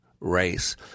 race